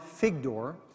Figdor